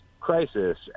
crisis